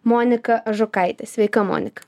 monika ažukaitė sveika monika